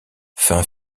fin